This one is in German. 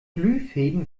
glühfäden